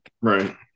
right